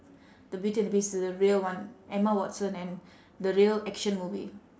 the beauty and the beast the real one emma watson and the real action movie